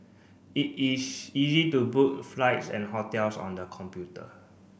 it is easy to book flights and hotels on the computer